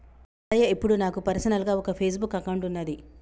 మల్లయ్య ఇప్పుడు నాకు పర్సనల్గా ఒక ఫేస్బుక్ అకౌంట్ ఉన్నది